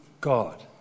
God